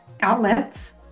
outlets